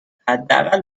حداقل